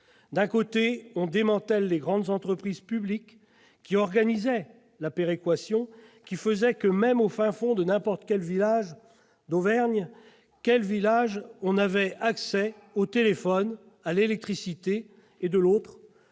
D'un côté, on démantèle les grandes entreprises publiques, qui organisaient la péréquation et faisaient en sorte que, même au fin fond de n'importe quel village, par exemple en Auvergne, ... Ah !... on avait accès au téléphone, à l'électricité. De l'autre,